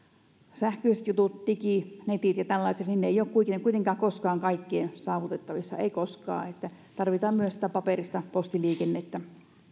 sähköiset jutut digi netit ja tällaiset eivät ole kuitenkaan koskaan kaikkien saavutettavissa eivät koskaan tarvitaan myös sitä paperista postiliikennettä